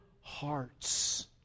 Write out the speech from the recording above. hearts